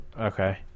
Okay